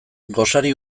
gosari